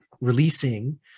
releasing